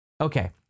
Okay